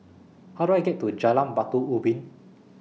How Do I get to Jalan Batu Ubin